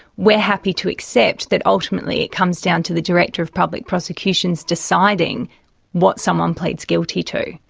we're happy to accept that ultimately it comes down to the director of public prosecutions deciding what someone pleads guilty to.